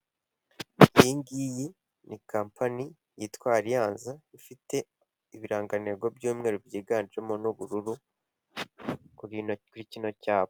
Iyi ngiyi ni kampani yitwa Allianz, ifite ibirangantego by'umweru byiganjemo n'ubururu, nk'uko biri no kuri kino cyapa.